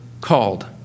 called